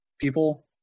people